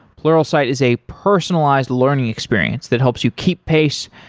pluralsight is a personalized learning experience that helps you keep pace.